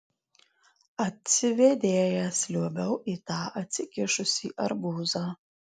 atsivėdėjęs liuobiau į tą atsikišusį arbūzą